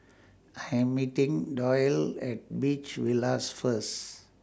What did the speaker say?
I Am meeting Doyle At Beach Villas First